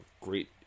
great